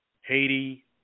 Haiti